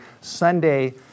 Sunday